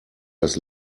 das